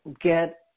get